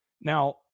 Now